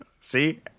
See